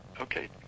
Okay